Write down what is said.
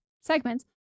segments